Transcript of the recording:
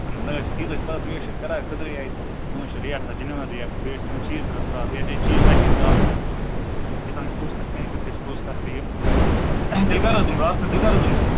اَہَن حظ نہَ حظ تیٖژ حظ چھِ اَسہِ پتاہ تُہۍ حظ چھِو کَران اَسہِ قدرٕے حظ تہٕ تُہٕنٛز چھِ ریٚٹ آسان جیننَون ریٚٹ تہٕ بیٚیہِ حظ چھُ تُہُنٛد چیٖز تہِ آسان صاف تہٕ بیٚیہِ حظ چیٖز آسی صاف تیٖژ ہَن چھِ پوٚز کتھ چٲنۍ کتھ تہِ حظ چھِ پوٚز کتھ یہِ تہٕ تیٚلہِ کَر حظ یِمہٕ بہٕ اَتھ تیٚلہِ کَر حظ یِمہٕ بہٕ